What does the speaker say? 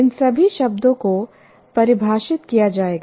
इन सभी शब्दों को परिभाषित किया जाएगा